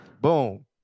Boom